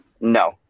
No